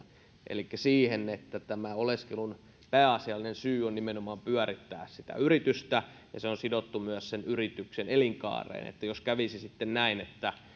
elikkä siihen että oleskelun pääasiallinen syy on nimenomaan pyörittää sitä yritystä ja se on sidottu myös sen yrityksen elinkaareen eli jos kävisi sitten näin että